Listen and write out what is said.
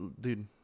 dude